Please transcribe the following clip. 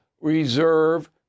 reserve